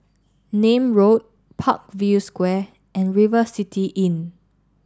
Nim Road Parkview Square and River City Inn